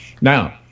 Now